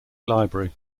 library